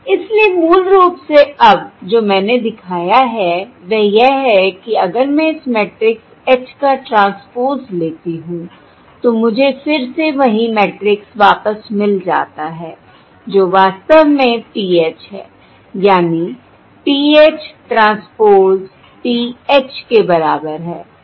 इसलिए मूल रूप से अब जो मैंने दिखाया है वह यह है कि अगर मैं इस मैट्रिक्स H का ट्रांसपोज़ लेती हूं तो मुझे फिर से वही मैट्रिक्स वापस मिल जाता है जो वास्तव में PH है यानी PH ट्रांसपोज़ PH के बराबर है